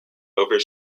over